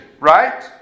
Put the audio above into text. Right